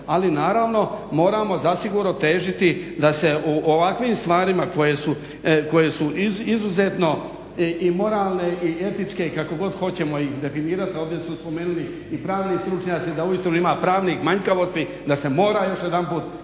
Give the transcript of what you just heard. Ali naravno moramo zasigurno težiti da se u ovakvim stvarima koje su izuzetno i moralne i etičke i kako god ih hoćemo definirati ovdje su spomenuli i pravni stručnjaci da uistinu ima pravnih manjkavosti da se mora još jedanput kvalitetno